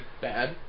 bad